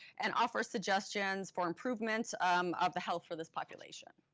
and offer suggestions for improvement um of the health for this population.